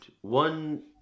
One